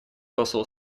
посол